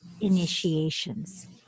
initiations